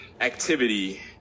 activity